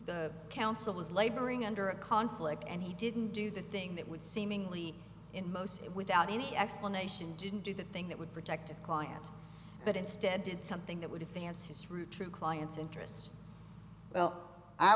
the council was laboring under a conflict and he didn't do the thing that would seemingly in most without any explanation didn't do the thing that would protect his client but instead did something that would have fans his route through client's interest well i